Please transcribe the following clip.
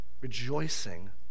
rejoicing